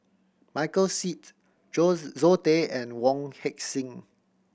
Michael Seet Zoe Tay and Wong Heck Sing